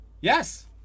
yes